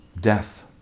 Death